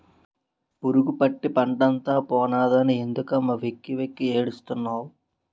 పురుగుపట్టి పంటంతా పోనాదని ఎందుకమ్మ వెక్కి వెక్కి ఏడుస్తున్నావ్